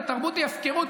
אם התרבות היא הפקרות,